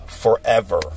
Forever